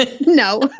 No